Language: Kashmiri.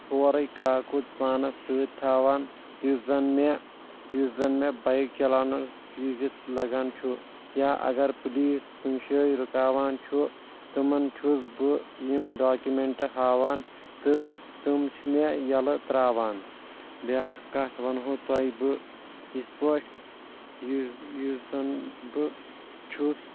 سورے کاکُد پانس سۭتۍ تھاوان یُس زن مےٚ یُس زن مےٚ بایک چلاونہٕ وزِ لگان چھُ یا اگر پُلیٖس کُنہِ جایہِ رُکاوان چھُ تِمن چھُس بہٕ یِم ڈاکیٚمینٹ ہاوان تہٕ تِم چھِ مےٚ یلہٕ تراوان بیاکھ کتھ ونہو تۄہہِ بہٕ یِتھ پٲٹھۍ یہ یُس یُس زن بہٕ چھُس